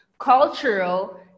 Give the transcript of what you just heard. cultural